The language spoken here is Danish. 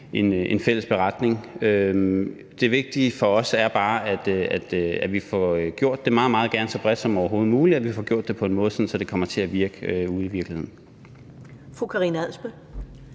en fælles beretning. Det vigtige for os er, at vi får gjort det – meget gerne så bredt som overhovedet muligt – på en måde, så det kommer til at virke ude i virkeligheden.